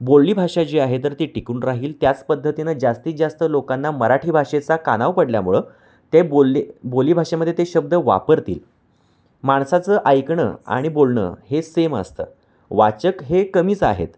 बोली भाषा जी आहे जर ती टिकून राहील त्याच पद्धतीनं जास्तीत जास्त लोकांना मराठी भाषेचा कानावर पडल्यामुळं ते बोलले बोली भाषेमध्ये ते शब्द वापरतील माणसाचं ऐकणं आणि बोलणं हे सेम असतं वाचक हे कमीच आहेत